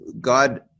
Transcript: God